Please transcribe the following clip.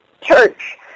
church